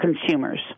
consumers